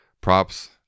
Props